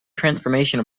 transformation